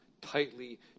tightly